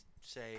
say